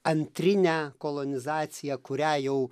antrinę kolonizaciją kurią jau